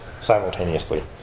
simultaneously